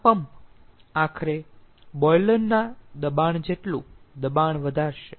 આ પંપ આખરે બોઈલર ના દબાણ જેટલું દબાણ વધારશે